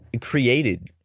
created